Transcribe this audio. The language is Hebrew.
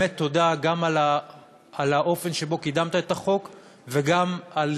תודה גם על האופן שבו קידמת את החוק וגם על